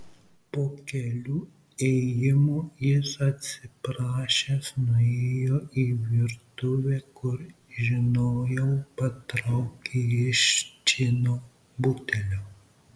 po kelių ėjimų jis atsiprašęs nuėjo į virtuvę kur žinojau patraukė iš džino butelio